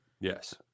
Yes